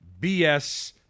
BS